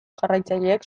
jarraitzaileek